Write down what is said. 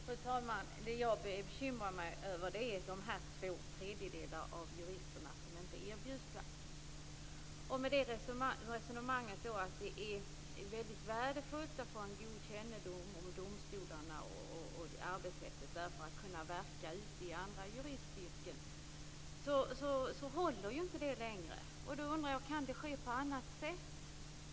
Fru talman! Det jag bekymrar mig över är de två tredjedelar av juristerna som inte erbjuds plats. Resonemanget om att det är väldigt värdefullt att få en god kännedom om domstolarna för att kunna verka i andra juristyrken håller inte längre. Då undrar jag: Kan det ske på annat sätt?